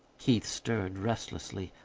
keith stirred restlessly.